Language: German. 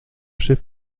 schiff